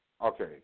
okay